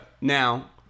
Now